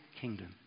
kingdom